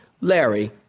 Larry